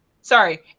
Sorry